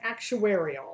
actuarial